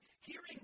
hearing